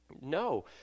No